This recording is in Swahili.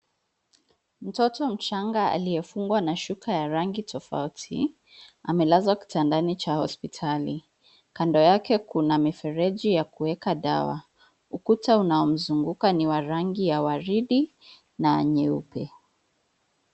Mtoto mchanga aliyefungwa na shuka ya rangi tofauti amelazwa kitandani cha hospitali. Kando yake kuna mifereji ya kueka dawa. Ukuta unaomzunguka ni wa rangi ya waridi na nyeupe.